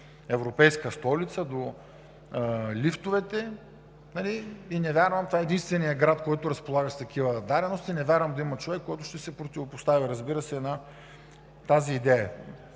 европейската столица до лифтовете. Това е единственият град, който разполага с такива дадености, и не вярвам да има човек, който ще се противопостави, разбира се, на тази идея.